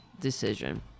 decision